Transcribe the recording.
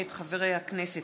מאת חברי הכנסת